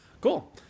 Cool